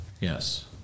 Yes